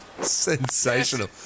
Sensational